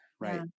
Right